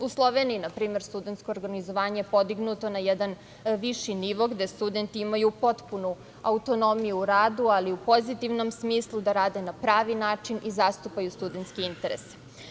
U Sloveniji, na primer, studentsko organizovanje je podignuto na jedan viši nivo, gde studenti imaju potpunu autonomiju u radu, ali u pozitivnom smislu, da rade na pravi način i zastupaju studentski interes.